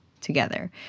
together